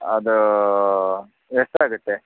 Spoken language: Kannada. ಅದೂ ಎಷ್ಟಾಗುತ್ತೆ